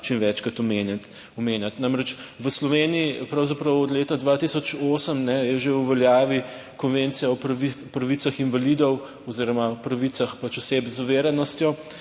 čim večkrat omenjati. Namreč, v Sloveniji je pravzaprav že od leta 2008 v veljavi Konvencija o pravicah invalidov oziroma o pravicah oseb z oviranostjo.